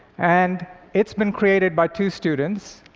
and it's been created by two students,